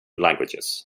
languages